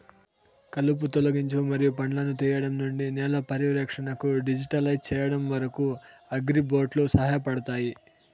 కలుపు తొలగింపు మరియు పండ్లను తీయడం నుండి నేల పర్యవేక్షణను డిజిటలైజ్ చేయడం వరకు, అగ్రిబోట్లు సహాయపడతాయి